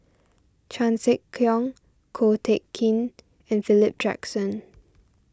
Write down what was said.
Chan Sek Keong Ko Teck Kin and Philip Jackson